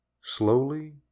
Slowly